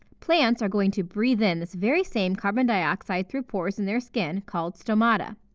plants are going to breath in this very same carbon dioxide through pores in their skin, called stomata.